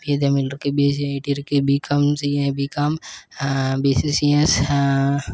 BA Tamil இருக்கு BSc IT இருக்குது BCom CA BCom BSc CS